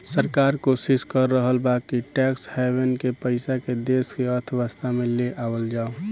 सरकार कोशिस कर रहल बा कि टैक्स हैवेन के पइसा के देश के अर्थव्यवस्था में ले आवल जाव